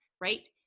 right